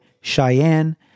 Cheyenne